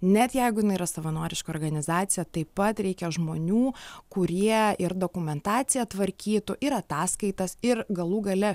net jeigu jinai yra savanoriška organizacija taip pat reikia žmonių kurie ir dokumentaciją tvarkytų ir ataskaitas ir galų gale